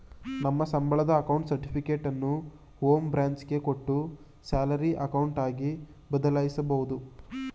ನಮ್ಮ ಸಂಬಳದ ಅಕೌಂಟ್ ಸರ್ಟಿಫಿಕೇಟನ್ನು ಹೋಂ ಬ್ರಾಂಚ್ ಗೆ ಕೊಟ್ಟು ಸ್ಯಾಲರಿ ಅಕೌಂಟ್ ಆಗಿ ಬದಲಾಯಿಸಿಕೊಬೋದು